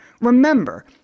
Remember